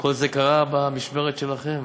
כל זה קרה במשמרת שלכם.